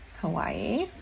hawaii